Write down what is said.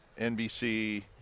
NBC